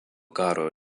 karo